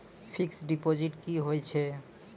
Fixed deposit की होय छै?